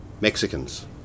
Mexicans